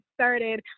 started